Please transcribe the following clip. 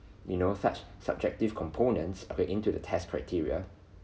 you know such subjective components put into the test criteria